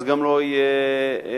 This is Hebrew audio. אז גם לא יהיה מחקר.